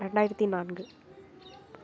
ரெண்டாயிரத்தி நான்கு